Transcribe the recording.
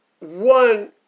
one